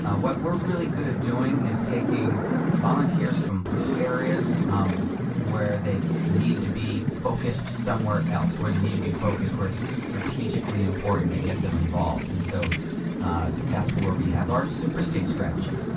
ah what we're really good at doing is taking volunteers from blue areas um where they need to be focused somewhere else, where they need to be focused, where it's strategically important to get them involved. and so that's where we have our superstate strategy.